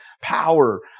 power